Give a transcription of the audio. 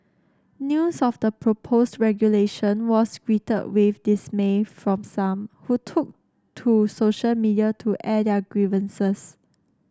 news of the proposed regulation was greeted with dismay from some who took to social media to air their grievances